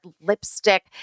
lipstick